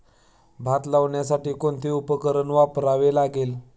भात लावण्यासाठी कोणते उपकरण वापरावे लागेल?